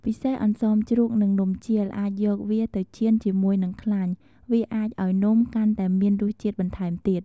ពិសេសអន្សមជ្រូក និងនំជៀលអាចយកវាទៅចៀនជាមួយនឹងខ្លាញ់ វាអាចឱ្យនំកាន់តែមានរស់ជាតិបន្ថែមទៀត។